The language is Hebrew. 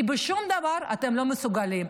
בשום דבר אתם לא מסוגלים.